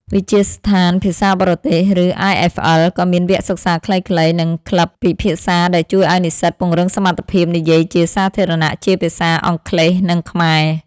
វិទ្យាស្ថានភាសាបរទេស ឬ អាយ-អិហ្វ-អិល ក៏មានវគ្គសិក្សាខ្លីៗ និងក្លឹបពិភាក្សាដែលជួយឱ្យនិស្សិតពង្រឹងសមត្ថភាពនិយាយជាសាធារណៈជាភាសាអង់គ្លេស និងខ្មែរ។